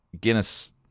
Guinness